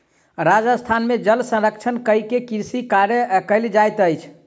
राजस्थान में जल संरक्षण कय के कृषि कार्य कयल जाइत अछि